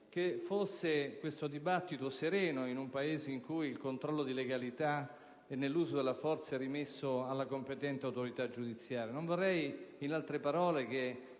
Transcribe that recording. che questo dibattito fosse sereno, in un Paese in cui il controllo sulla legalità e l'uso della forza è rimesso alla competente autorità giudiziaria. Non vorrei, in altre parole, che